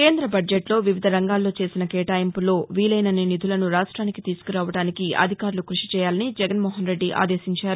కేంద్ర బడ్జెట్లో వివిధ రంగాల్లో చేసిన కేటాయింపుల్లో వీలైనన్ని నిధులను రాష్ట్వినికి తీసుకురావడానికి అధికారులు క్బషి చేయాలని జగన్మోహన్రెడ్డి ఆదేశించారు